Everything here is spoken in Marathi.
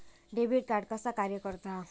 डेबिट कार्ड कसा कार्य करता?